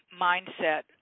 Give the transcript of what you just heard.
mindset